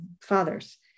fathers